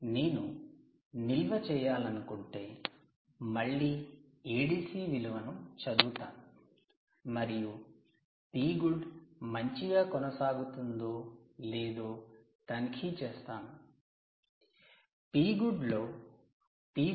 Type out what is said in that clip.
నేను నిల్వ చేయాలనుకుంటే మళ్ళీ ADC విలువను చదువుతాను మరియు 'Pgood' మంచిగా కొనసాగుతుందో లేదో తనిఖీ చేస్తాను